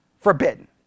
forbidden